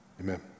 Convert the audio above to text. Amen